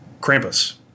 Krampus